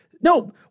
no